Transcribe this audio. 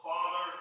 Father